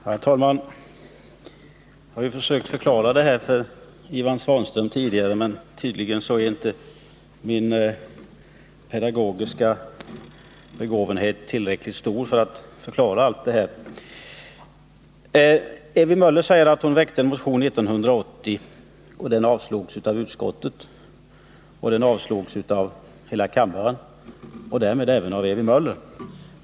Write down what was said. Herr talman! Jag har tidigare för Ivan Svanström försökt förklara bakgrunden till socialdemokraternas inställning, men tydligen är inte min pedagogiska begåvning tillräckligt stor för att klara av detta. Ewy Möller säger att hon väckte en motion 1980. Den avstyrktes av utskottet och avslogs av hela kammaren — därmed även av Ewy Möller.